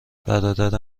برادر